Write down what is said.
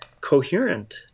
coherent